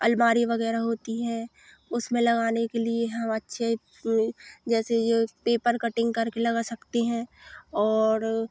अलमारी वगैरह होती है उसमें लगाने के लिए हम अच्छे जैसे ये पेपर कटिंग करके लगा सकते हैं और